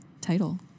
title